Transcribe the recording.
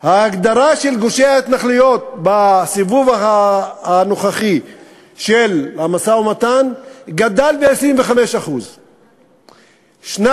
ההגדרה של גושי ההתנחלויות בסיבוב הנוכחי של המשא-ומתן גדלה ב-25%; ב.